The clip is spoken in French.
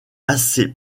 assez